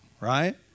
right